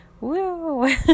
woo